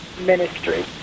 Ministry